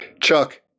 chuck